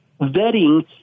vetting